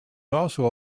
also